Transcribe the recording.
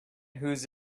whose